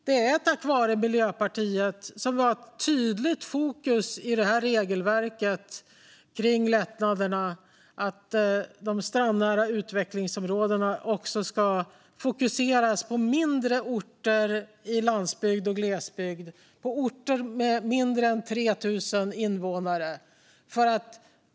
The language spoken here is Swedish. Det är tack vare Miljöpartiet som det är ett tydligt fokus i regelverket på att lättnaderna för de strandnära utvecklingsområdena ska fokuseras på mindre orter på landsbygd och i glesbygd, på orter med mindre än 3 000 invånare.